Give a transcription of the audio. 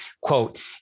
quote